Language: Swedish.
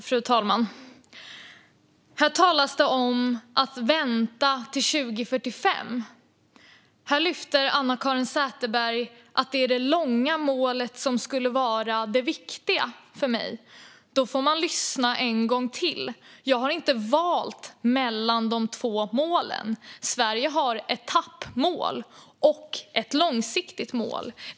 Fru talman! Här talas det om att vänta till 2045. Här lyfter Anna-Caren Sätherberg fram att det långa målet skulle vara det viktiga för mig. Då får man lyssna en gång till. Jag har inte valt mellan de två målen. Sverige har etappmål och ett långsiktigt mål.